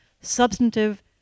substantive